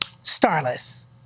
Starless